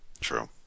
True